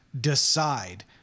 decide